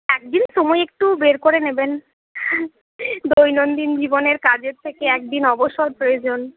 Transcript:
একদিন সময় একটু বের করে নেবেন দৈনন্দিন জীবনের কাজের থেকে একদিন অবসর প্রয়োজন